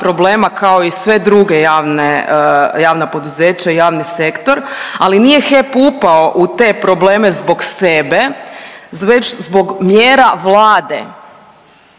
kao i sve druge javne, javna poduzeća i javni sektor, ali nije HEP upao u te probleme zbog sebe već zbog mjera Vlade,